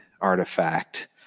artifact